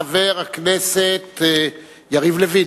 חבר הכנסת יריב לוין.